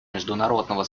международного